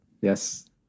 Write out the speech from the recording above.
Yes